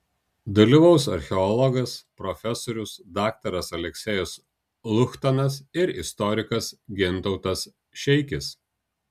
dalyvaus archeologas profesorius daktaras aleksejus luchtanas ir istorikas gintautas šeikis